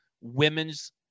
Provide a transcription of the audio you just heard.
women's